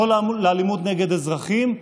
לא לאלימות נגד אזרחים.